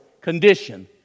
Condition